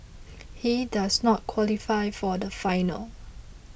he does not qualify for the final